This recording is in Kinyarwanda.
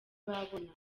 babona